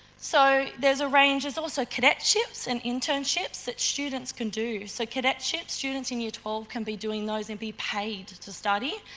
so, there's a range, there's also cadetships, and internships that students can do. so, cadetships, students in year twelve can be doing those and be paid to study.